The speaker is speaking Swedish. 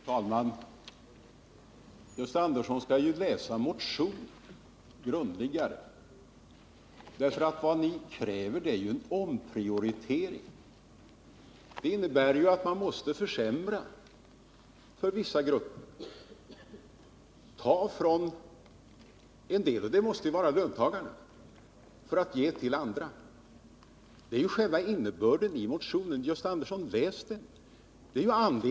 Herr talman! Gösta Andersson skall läsa motionen grundligare. Det ni kräver är ju en omprioritering inom nuvarande kostnadsramar. Det innebär att man måste försämra för vissa grupper. Man måste ta från några — och det måste vara från löntagarna — för att ge till andra. Det är själva innebörden i motionen.